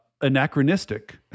anachronistic